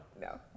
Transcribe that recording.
no